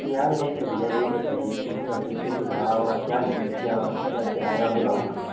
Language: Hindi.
क्या लेंगे भैया यह बताइए कि मतलब जैसे कि भाड़ा वाडा क्या लेंगे क्या क्या किराया होगा वहाँ का